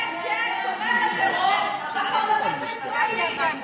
כן, כן, תומכת טרור בפרלמנט הישראלי.